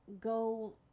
go